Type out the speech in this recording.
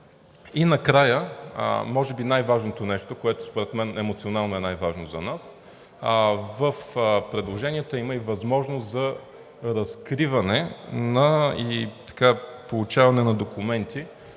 И накрай, може би най-важното нещо, което според мен емоционално е най-важно за нас. В предложението има и възможност за разкриване и получаване на документи,